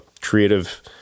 creative